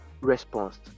response